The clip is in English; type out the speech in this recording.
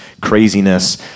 craziness